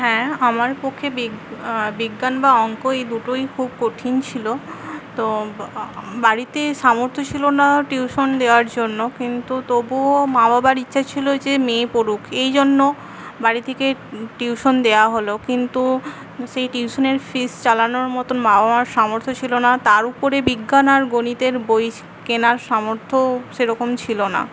হ্যাঁ আমার পক্ষে বিগ বিজ্ঞান বা অঙ্ক এই দুটোই খুব কঠিন ছিলো তো বাড়িতে সামর্থ্য ছিল না টিউশন দেওয়ার জন্য কিন্তু তবুও মা বাবার ইচ্ছা ছিল যে মেয়ে পড়ুক এই জন্য বাড়ি থেকে টিউশন দেওয়া হল কিন্তু সেই টিউশনের ফিস চালানোর মতন মা বাবার সামর্থ্য ছিল না তার উপরে বিজ্ঞান আর গণিতের বই কেনার সামর্থ্যও সেরকম ছিল না